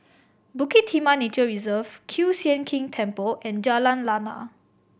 Bukit Timah Nature Reserve Kiew Sian King Temple and Jalan Lana